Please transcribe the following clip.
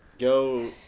Go